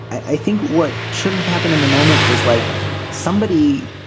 i think what should have happened in the moment was like somebody.